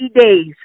days